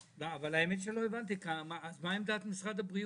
האמת שלא הבנתי: מה עמדת משרד הבריאות?